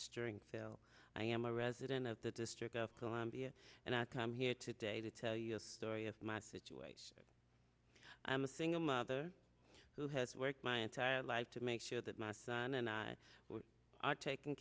string i am a resident of the district of columbia and i come here today to tell you the story of my situation i am a single mother who has worked my entire life to make sure that my son and i are tak